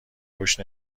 روش